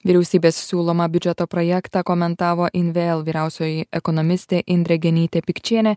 vyriausybės siūlomą biudžeto projektą komentavo invl vyriausioji ekonomistė indrė genytė pikčienė